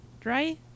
Dry